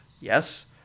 Yes